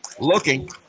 looking